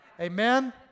Amen